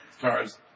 cars